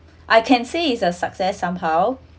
I can say is a success somehow